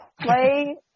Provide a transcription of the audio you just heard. Play